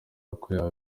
uko